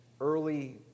early